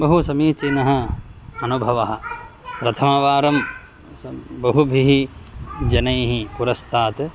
बहुसमीचीनः अनुभवः प्रथमवारं बहुभिः जनैः पुरस्तात्